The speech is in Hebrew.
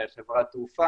חברות תעופה,